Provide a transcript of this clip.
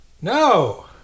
No